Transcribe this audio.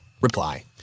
reply